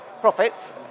profits